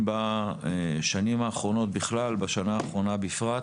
בשנים האחרונות בכלל ובשנה האחרונה בפרט,